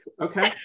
Okay